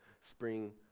spring